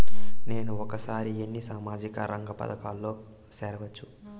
నేను ఒకేసారి ఎన్ని సామాజిక రంగ పథకాలలో సేరవచ్చు?